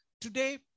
Today